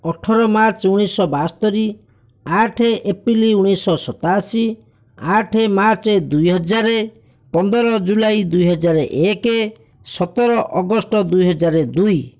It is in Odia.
ଅଠର ମାର୍ଚ୍ଚ ଉଣେଇଶିଶହ ବାସ୍ତରି ଆଠ ଏପ୍ରିଲ ଉଣେଇଶିଶହ ସତାଅଶୀ ଆଠ ମାର୍ଚ୍ଚ ଦୁଇହଜାର ପନ୍ଦର ଜୁଲାଇ ଦୁଇହଜାର ଏକ ସତର ଅଗଷ୍ଟ ଦୁଇହଜାର ଦୁଇ